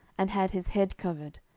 and had his head covered,